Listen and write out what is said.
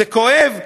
זה כואב,